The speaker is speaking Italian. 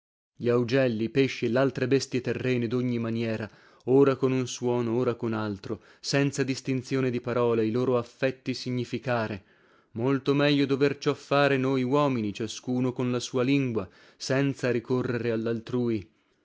gli augelli i pesci e laltre bestie terrene dogni maniera ora con un suono ora con altro senza distinzione di parole i loro affetti significare molto meglio dover ciò fare noi uomini ciascuno con la sua lingua senza ricorrere allaltrui